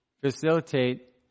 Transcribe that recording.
facilitate